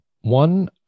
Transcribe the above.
One